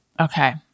Okay